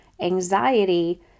anxiety